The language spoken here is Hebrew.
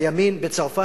בימין בצרפת,